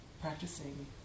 practicing